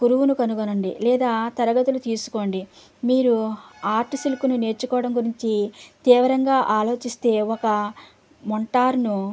గురువును కనుగొనండి లేదా తరగతులు తీసుకోండి మీరు ఆర్టుసులు నేర్చుకోవడం గురించి తీవ్రంగా ఆలోచిస్తే ఒక మెంటార్ను